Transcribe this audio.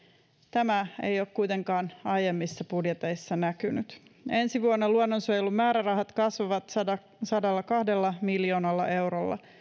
tämä ei ole kuitenkaan aiemmissa budjeteissa näkynyt ensi vuonna luonnonsuojelun määrärahat kasvavat sadallakahdella miljoonalla eurolla